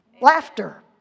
laughter